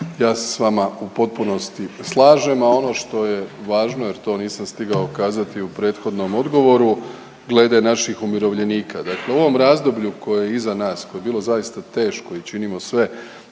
ja se s vama u potpunosti slažem, a ono što je važno jer to nisam stigao kazati u prethodnom odgovoru glede naših umirovljenika. Dakle u ovom razdoblju koje je iza nas, a koje je bilo zaista teško i činimo sve